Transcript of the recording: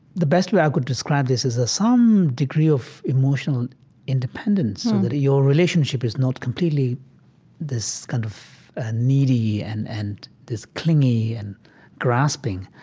the best way i could describe this is ah some degree of emotional independence so and that your relationship is not completely this kind of needy and and this clingy and grasping.